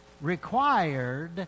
required